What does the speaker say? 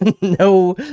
no